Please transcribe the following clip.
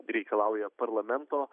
reikalauja parlamento